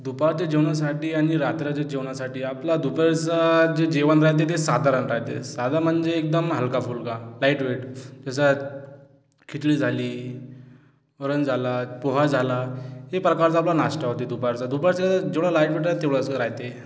दुपारच्या जेवणासाठी आणि रात्रीच्या जेवणासाठी आपला दुपारचा जे जेवण राहते ते साधारण राहते साधा म्हणजे एकदम हलकाफुलका लाईटवेट त्याच्यात खिचडी झाली वरण झाला पोहा झाला हे प्रकारचा आपला नाश्ता होते दुपारचा दुपारचं जेवढं लाईटवेट आहे तेवढेच राहते